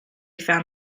found